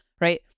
right